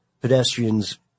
pedestrians